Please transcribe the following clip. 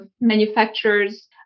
manufacturers